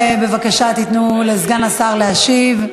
בבקשה, תיתנו לסגן השר להשיב.